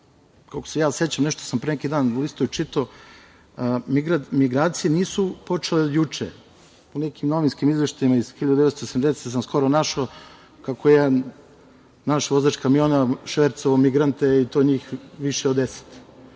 koliko se ja sećam nešto sam pre neki dan u listao i čitao, migracije nisu počele juče. U nekim novinskim izveštajima iz 1980. sam skoro našao kako je jedan naš vozač kamiona švercovao migrante i to njih više od deset. Znači,